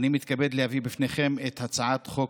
אני מתכבד להביא לפניכם את הצעת חוק